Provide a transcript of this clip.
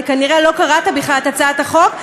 אתה כנראה לא קראת בכלל את הצעת החוק,